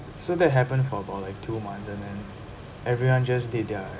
so that happened for about like two months and then everyone just did their